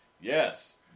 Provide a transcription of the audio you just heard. Yes